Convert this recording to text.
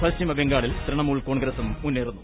പശ്ചിമ ബംഗാളിൽ തൃണമൂൽ കോൺഗ്രസും മുന്നേറുന്നു